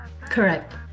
Correct